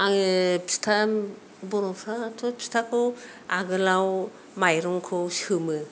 आङो फिथा बर'फोराथ' फिथाखौ आगोलाव माइरंखौ सोमो